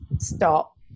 stop